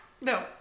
No